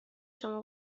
شما